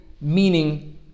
meaning